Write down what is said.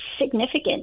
significant